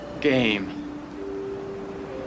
Game